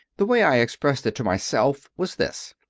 the way i expressed it to myself was this.